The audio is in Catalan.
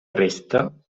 resta